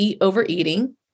overeating